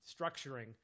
structuring